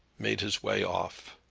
made his way off.